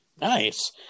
Nice